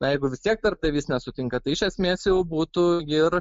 na jeigu vis tiek darbdavys nesutinka tai iš esmės jau būtų ir